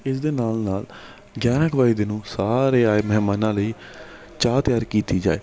ਇਸ ਦੇ ਨਾਲ ਨਾਲ ਗਿਆਰਾਂ ਕੁ ਵੱਜਦੇ ਨੂੰ ਸਾਰੇ ਆਏ ਮਹਿਮਾਨਾਂ ਲਈ ਚਾਹ ਤਿਆਰ ਕੀਤੀ ਜਾਏ